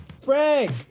frank